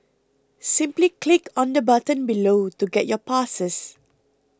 simply click on the button below to get your passes